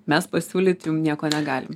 mes pasiūlyt jum nieko negalim